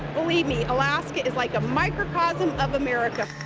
believe me, alaska is like a microcosm of america.